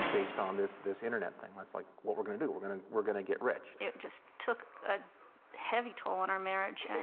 based on this this internet thing. it's like what we're gonna do, we're gonna we're gonna get rich. it just took a heavy toll on our marriage, and,